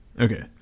Okay